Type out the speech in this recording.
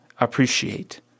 Appreciate